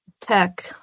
tech